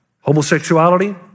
homosexuality